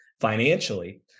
Financially